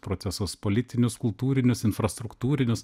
procesus politinius kultūrinius infrastruktūrinius